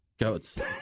Goats